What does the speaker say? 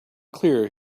clear